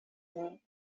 her